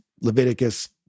Leviticus